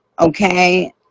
Okay